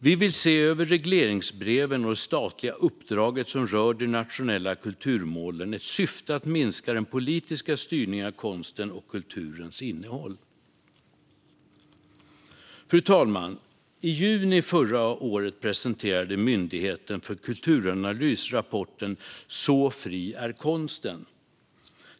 Vi vill se över regleringsbreven och det statliga uppdraget som rör de nationella kulturmålen i syfte att minska den politiska styrningen av konstens och kulturens innehåll. Fru talman! I juni förra året presenterade Myndigheten för kulturanalys rapporten Så fri är konsten .